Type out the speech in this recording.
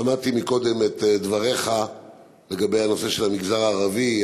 שמעתי קודם את דבריך לגבי המגזר הערבי,